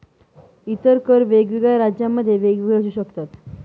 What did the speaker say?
इतर कर वेगवेगळ्या राज्यांमध्ये वेगवेगळे असू शकतात